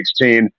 2016